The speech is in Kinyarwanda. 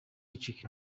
icika